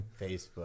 Facebook